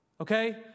okay